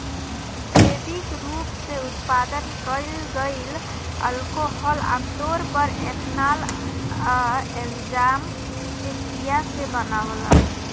जैविक रूप से उत्पादन कईल गईल अल्कोहल आमतौर पर एथनॉल आ एन्जाइम के क्रिया से बनावल